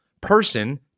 person